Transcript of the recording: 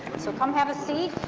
so come have a seat.